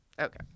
okay